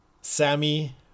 sammy